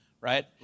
right